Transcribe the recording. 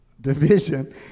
division